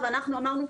גמרנו,